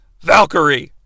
Valkyrie